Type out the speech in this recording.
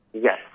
Yes